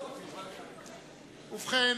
ובכן,